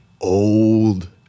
old